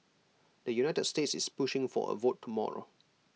the united states is pushing for A vote tomorrow